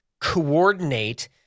coordinate